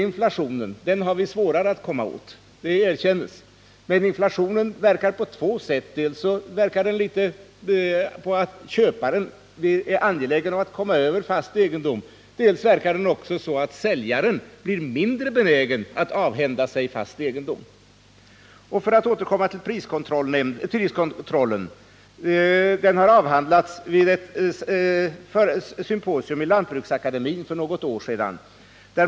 Inflationen har vi svårare att komma åt — det erkännes. Men inflationen verkar på två sätt. Dels verkar den så att köparen blir angelägen att komma över fast egendom, dels verkar den så att säljaren blir mindre benägen att avhända sig fast egendom. Priskontrollen — för att återkomma till den —-avhandlades på ett symposium vid Lantbruksakademien för något år sedan.